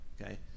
okay